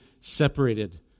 separated